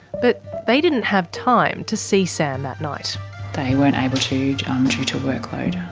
but they didn't have time to see sam that night. they weren't able to due um to to workload.